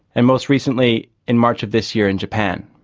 and most recently in march of this year in japan.